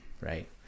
right